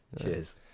Cheers